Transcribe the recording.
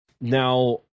now